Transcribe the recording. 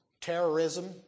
terrorism